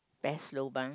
best lobang